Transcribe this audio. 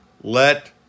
let